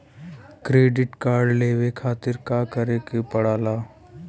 Credit card लेवे खातिर का करे के पड़ेला?